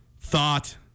thought